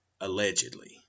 Allegedly